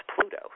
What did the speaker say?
Pluto